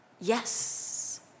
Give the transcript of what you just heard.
Yes